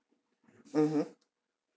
mmhmm